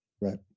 Right